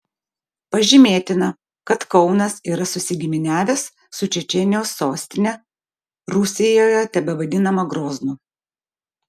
pažymėtina kad kaunas yra susigiminiavęs su čečėnijos sostine rusijoje tebevadinama groznu